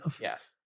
yes